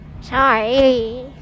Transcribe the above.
Sorry